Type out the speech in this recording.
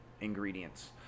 ingredients